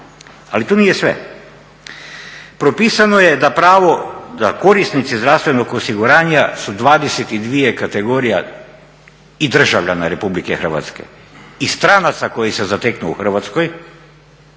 Ali to nije sve. propisano je da pravo da korisnici zdravstvenog osiguranja su 22 kategorije i državljana Republike Hrvatske i stranaca koji se zateknu u Hrvatskoj,